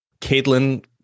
Caitlin